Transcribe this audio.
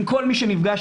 עם כל מי שנפגשתי,